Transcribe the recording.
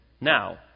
now